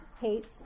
hates